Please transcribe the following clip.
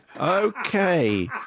Okay